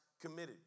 committed